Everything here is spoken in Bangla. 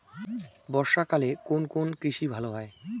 বর্ষা কালে কোন কোন কৃষি ভালো হয়?